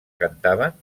cantaven